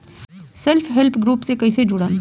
Self help group से कइसे जुड़म?